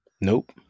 Nope